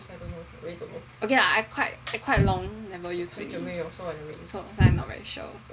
okay I quite I quite long never use so I not very sure also